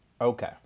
Okay